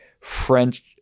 French